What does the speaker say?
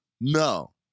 no